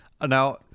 Now